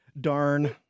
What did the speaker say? Darn